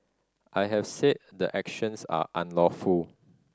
I have said the actions are unlawful